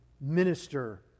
minister